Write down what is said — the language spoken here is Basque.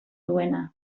duena